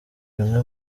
bimwe